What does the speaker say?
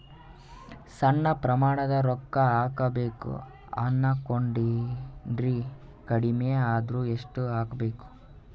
ಸಣ್ಣ ಪ್ರಮಾಣದ ರೊಕ್ಕ ಹಾಕಬೇಕು ಅನಕೊಂಡಿನ್ರಿ ಕಡಿಮಿ ಅಂದ್ರ ಎಷ್ಟ ಹಾಕಬೇಕು?